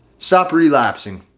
stop relaxing,